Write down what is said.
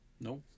No